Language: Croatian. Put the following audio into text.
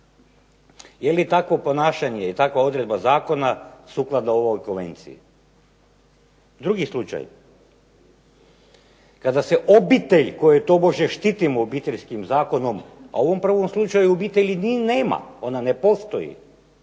Je li takvo ponašanje, takva odredba zakona sukladna ovoj konvenciji? Drugi slučaj, kada se obitelj koju tobože štitimo obiteljskim zakonom, a u ovom prvom slučaju obitelji ni nema, ona ne postoji